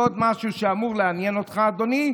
ועוד משהו שאמור לעניין אותך, אדוני,